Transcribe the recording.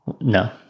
No